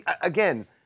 again